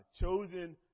chosen